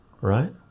right